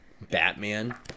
Batman